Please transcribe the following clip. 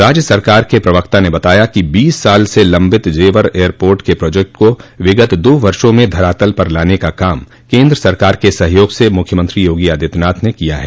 राज्य सरकार के प्रवक्ता ने बताया कि बीस साल से लम्बित जेवर एयरपोर्ट के प्रोजेक्ट को विगत दो वर्षो में धरातल पर लाने का काम केन्द्र सरकार के सहयोग से मुख्यमंत्री योगी आदित्यनाथ ने किया है